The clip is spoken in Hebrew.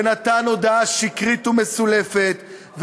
ונתן הודעה שקרית ומסולפת,